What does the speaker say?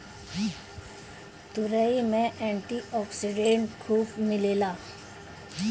तुरई में antioxidant खूब मिलेला